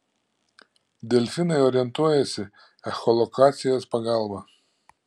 delfinai orientuojasi echolokacijos pagalba